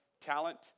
talent